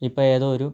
ഇപ്പോൾ ഏതോ ഒരു